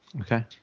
Okay